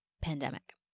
Pandemic